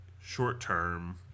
short-term